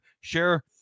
share